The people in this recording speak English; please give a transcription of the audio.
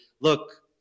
look